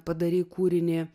padarei kūrinį